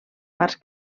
parts